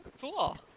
Cool